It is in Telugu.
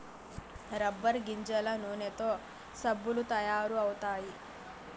రబ్బర్ గింజల నూనెతో సబ్బులు తయారు అవుతాయి